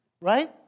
right